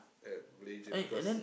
at Malaysia because